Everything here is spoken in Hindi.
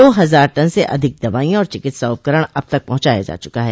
दो हजार टन से अधिक दवाइयां और चिकित्सा उपकरण अब तक पहुंचाया जा चुका है